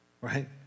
right